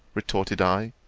retorted i,